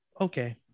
okay